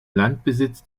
landbesitz